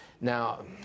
now